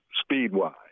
speed-wise